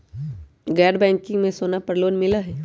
गैर बैंकिंग में सोना पर लोन मिलहई?